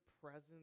presence